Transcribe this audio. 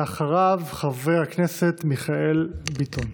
ואחריו, חבר הכנסת מיכאל ביטון.